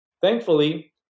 Thankfully